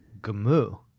Gamu